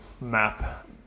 map